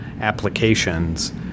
applications